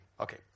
Okay